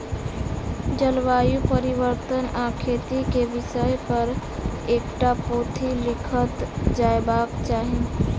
जलवायु परिवर्तन आ खेती के विषय पर एकटा पोथी लिखल जयबाक चाही